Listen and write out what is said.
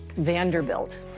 vanderbilt.